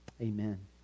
Amen